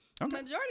Majority